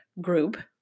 group